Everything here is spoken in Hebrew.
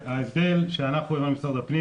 ההבדל, שאנחנו לא משרד הפנים.